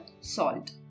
salt